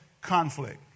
conflict